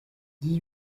dix